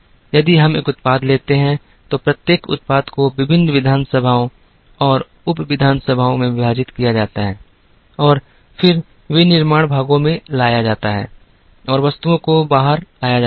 यदि हम एक उत्पाद लेते हैं तो प्रत्येक उत्पाद को विभिन्न विधानसभाओं और उप विधानसभाओं में विभाजित किया जाता है और फिर विनिर्माण भागों में लाया जाता है और वस्तुओं को बाहर लाया जाता है